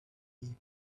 people